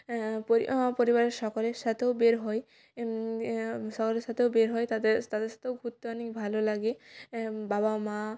পরিবারের সকলের সাথেও বের হই সকলের সাথেও বের হই তাদের তাদের সাথেও ঘুরতে অনেক ভালো লাগে বাবা মা